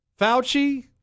Fauci